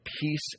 peace